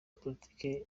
politiki